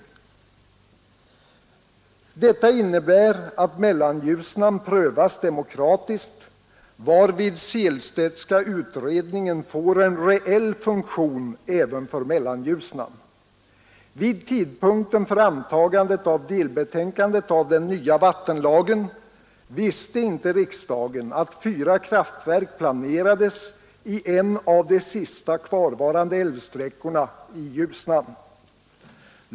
Detta innebär att Mellanljusnan prövas demokratiskt, varvid Sehlstedtska utredningen får en reell funktion även för Mellanljusnan. Vid tidpunkten för antagandet av delbetänkandet av den nya vattenlagen visste inte riksdagen att fyra kraftverk planerades i en av de sista kvarvarande älvsträckorna i Ljusnan.